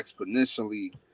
exponentially